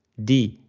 d,